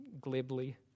glibly